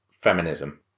feminism